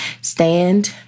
stand